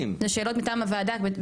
בשאלות מטעם הוועדה.